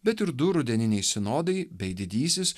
bet ir du rudeniniai sinodai bei didysis